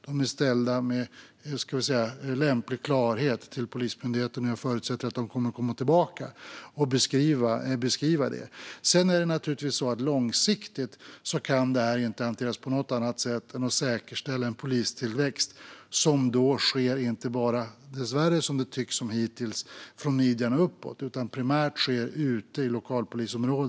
De är ställda med lämplig klarhet till Polismyndigheten, och jag förutsätter att de kommer att komma tillbaka och beskriva detta. Sedan kan detta naturligtvis inte långsiktigt hanteras på något annat sätt än genom att man säkerställer en polistillväxt som inte bara sker från midjan och uppåt, som det dessvärre tycks ha varit hittills, utan som primärt sker ute i lokalpolisområdena.